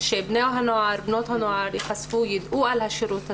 שבני הנוער ובנות הנוער ייחשפו וידעו על השירות הזה.